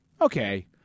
okay